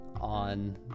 on